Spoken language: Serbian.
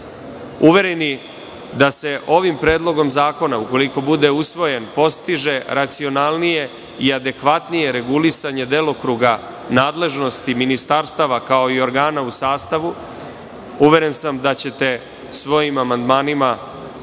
da se ovim predlogom zakona, ukoliko bude usvojen, postiže racionalnije i adekvatnije regulisanje delokruga nadležnosti ministarstava kao i organa u sastavu, uveren sam da ćete svojim amandmanima se